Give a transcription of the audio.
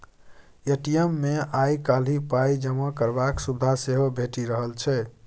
ATM मे आइ काल्हि पाइ जमा करबाक सुविधा सेहो भेटि रहल छै